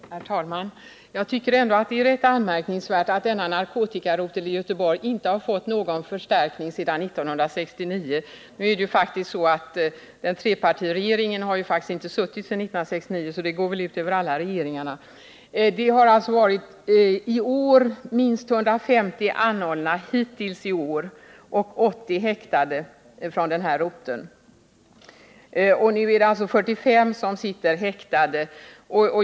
Herr talman! Jag tycker ändå att det är rätt anmärkningsvärt att denna narkotikarotel i Göteborg inte har fått någon förstärkning sedan 1969. Nu är det faktiskt så att trepartiregeringen inte har suttit sedan 1969, så det går väl ut över alla regeringarna. Det har i år hittills varit minst 150 anhållna och 80 häktade från den här roteln. Nu är det 45 som sitter häktade.